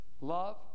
love